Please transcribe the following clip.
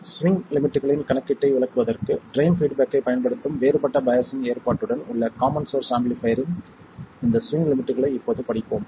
swing லிமிட்களின் கணக்கீட்டை விளக்குவதற்கு ட்ரைன் பீட்பேக்கைப் பயன்படுத்தும் வேறுபட்ட பையாஸ்சிங் ஏற்பாட்டுடன் உள்ள காமன் சோர்ஸ் ஆம்பிளிஃபைர் இன் இந்த ஸ்விங் லிமிட்களை இப்போது படிப்போம்